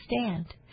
stand